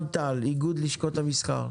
ערן טל, איגוד לשכות המסחר.